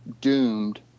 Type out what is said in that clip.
doomed